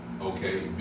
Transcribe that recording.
okay